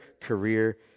career